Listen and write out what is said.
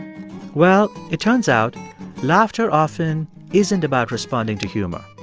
well, it turns out laughter often isn't about responding to humor.